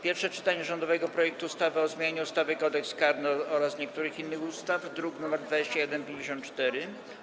Pierwsze czytanie rządowego projektu ustawy o zmianie ustawy Kodeks karny oraz niektórych innych ustaw, druk nr 2154,